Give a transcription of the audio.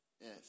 Yes